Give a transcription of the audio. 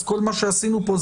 אז כל מה שעשינו פה,